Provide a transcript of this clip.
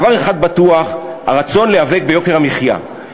דבר אחד בטוח: הרצון להיאבק ביוקר המחיה.